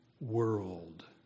world